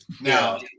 Now